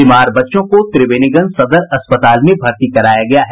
बीमार बच्चों को त्रिवेणीगंज सदर अस्पताल में भर्ती कराया गया है